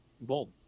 Bold